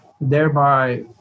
thereby